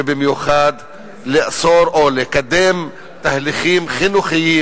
ובמיוחד לקדם תהליכים חינוכיים,